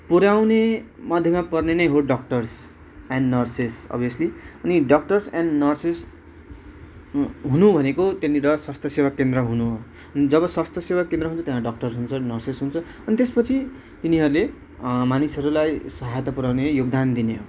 पुऱ्याउने मध्येमा पर्ने नै हो डक्टर्स एन्ड नर्सेस अभ्यसली अनि डक्टर्स एन्ड नर्सेस हुनु भनेको त्यहाँनिर स्वास्थ्य सेवा केन्द्र हुनु हो जब स्वास्थ्य सेवा केन्द्र हुन्छ त्यहाँ डाक्टर हुन्छ नर्सेस हुन्छ अनि त्यसपछि तिनीहरूले मानिसहरूलाई सहायता पुऱ्याउने योगदान दिने हो